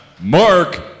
Mark